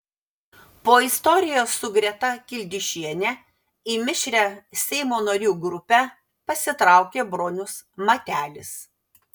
po istorijos su greta kildišiene į mišrią seimo narių grupę pasitraukė bronius matelis